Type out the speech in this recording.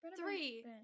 three